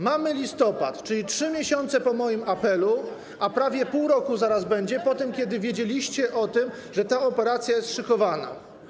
Mamy listopad, czyli 3 miesiące po moim apelu, a prawie pół roku zaraz będzie po tym, kiedy wiedzieliście o tym, że ta operacja jest szykowana.